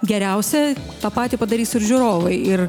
geriausia tą patį padarys ir žiūrovai ir